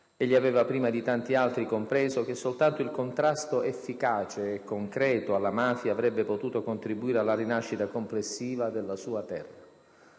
Egli aveva prima di tanti altri compreso che soltanto il contrasto efficace e concreto alla mafia avrebbe potuto contribuire alla rinascita complessiva della sua terra.